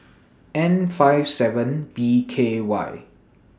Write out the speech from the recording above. N five seven B K Y